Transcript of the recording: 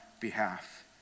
behalf